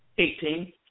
Eighteen